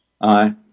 Aye